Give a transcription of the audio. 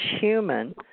human